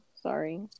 sorry